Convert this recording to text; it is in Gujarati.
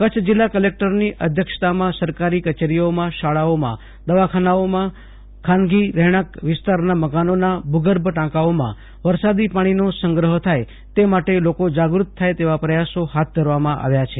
કચ્છ જિલ્લા કલેક્ટરની અધ્યક્ષતામાં સરકારી કચેરીઓમાં શાળાઓદવાખાનાઓ ખાનગી રહેણાંક વિસ્તારના મકાનોના ભુગર્ભ ટાંકાઓમાં વરસાદી પાણીનો સંગ્ર થાય તે માટે લોકો જાગૃત થાય તેવા પ્રયાસો હાથ ધરવામાં આવ્યા છે